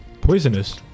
Poisonous